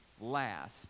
last